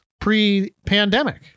pre-pandemic